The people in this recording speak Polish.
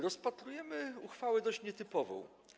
Rozpatrujemy uchwałę dość nietypową.